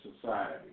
society